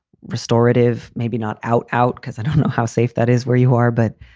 restorative. maybe not. out. out. because i don't know how safe that is where you are. but